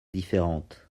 différentes